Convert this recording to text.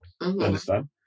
understand